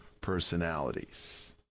personalities